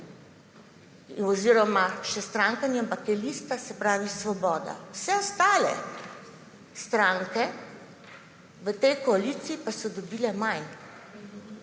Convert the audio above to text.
oziroma niti ne stranka, pač pa lista, se pravi Svoboda. Vse ostale stranke v tej koaliciji pa so dobile manj.